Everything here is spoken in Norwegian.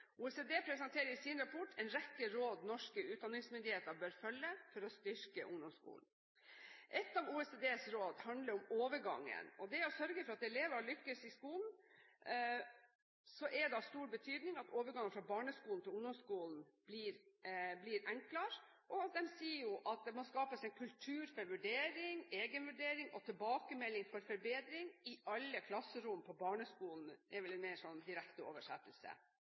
OECD presenterer i sin rapport en rekke råd norske utdanningsmyndigheter bør følge, for å styrke ungdomsskolen. Et av OECDs råd handler om overgangen og det å sørge for at elevene lykkes i skolen. Det er av stor betydning at overgangen fra barneskolen til ungdomsskolen gjøres enklere ved å «skape en kultur for vurdering, egenvurdering og tilbakemelding for forbedring i alle klasserom på barneskolen». Dette er en direkte oversettelse.